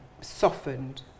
softened